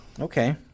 okay